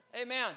Amen